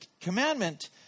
commandment